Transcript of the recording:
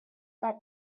that